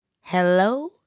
Hello